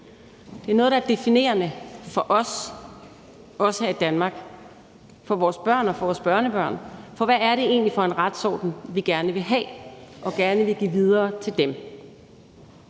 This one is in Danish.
Det er noget, der er definerende for os, også her i Danmark, for vores børn og vores børnebørn. For hvad er det egentlig for en retsorden, vi gerne vil have og gerne vil give videre til dem?